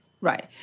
right